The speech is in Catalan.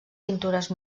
pintures